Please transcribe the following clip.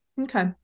Okay